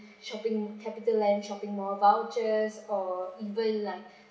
shopping Capitaland shopping mall vouchers or even like